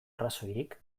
arrazoirik